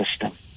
system